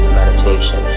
meditation